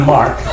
Mark